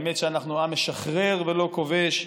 האמת שאנחנו עם משחרר ולא כובש,